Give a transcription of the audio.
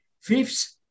Fifth